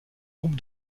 groupe